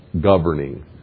governing